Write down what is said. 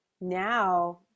now